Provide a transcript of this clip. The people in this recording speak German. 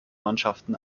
mannschaften